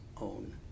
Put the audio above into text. own